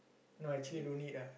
no actually don't need ah